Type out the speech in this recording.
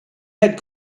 had